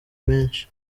menshi